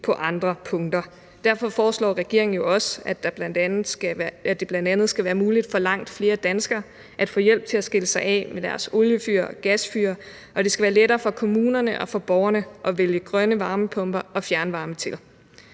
på andre punkter. Derfor foreslår regeringen også, at der bl.a. skal være muligt for langt flere danskere at få hjælp til at skille sig af med deres oliefyr og gasfyr, og at det skal være lettere for kommunerne og for borgerene at vælge grønne varmepumper og fjernvarme til.